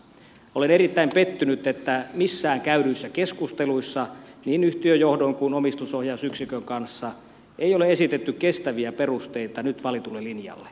olen erittäin pettynyt ettei missään käydyissä keskusteluissa yhtiön johdon eikä omistusohjausyksikön kanssa ole esitetty kestäviä perusteita nyt valitulle linjalle